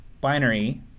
binary